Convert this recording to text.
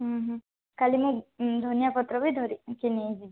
କାଲି ମୁଁ ଧନିଆପତ୍ର ବି ଧରିକି ନେଇଯିବି